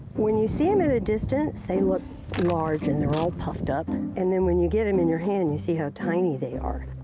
when you see them at a distance they look large and they're all puffed up, and then when you get them in your hand you see how tiny they are.